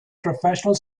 professional